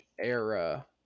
era